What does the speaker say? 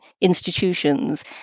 institutions